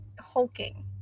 hulking